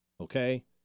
okay